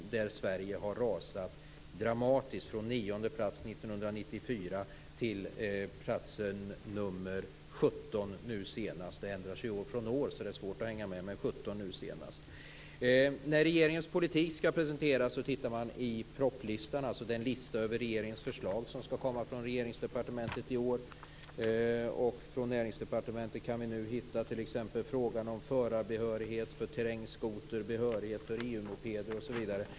Sverige har rasat dramatiskt, från nionde plats 1994 till 17:e plats nu senast. Det ändras ju från år till år, så det är svårt att hänga med, men 17:e plats var det nu senast. När regeringens politik skall presenteras tittar man i propositionslistan, alltså listan över de förslag som skall komma från regeringen i år. Från Näringsdepartementet kan vi nu hitta frågan om förarbehörighet för terrängskoter, behörighet för EU-mopeder osv.